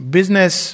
Business